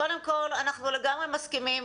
קודם כל אנחנו לגמרי מסכימים,